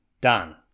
done